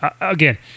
Again